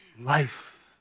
life